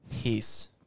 Peace